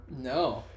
no